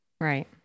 Right